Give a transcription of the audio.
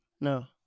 no